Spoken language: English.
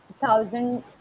thousand